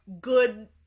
Good